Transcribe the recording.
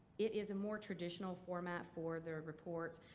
it is a more traditional format for the report.